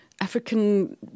African